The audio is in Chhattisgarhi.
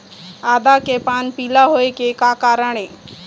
आदा के पान पिला होय के का कारण ये?